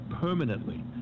permanently